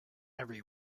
every